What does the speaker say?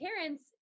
parents